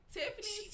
Tiffany